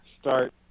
start